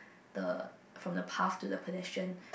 the from the path to the pedestrian